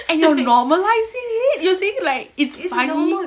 and you're normalizing it using like it's funny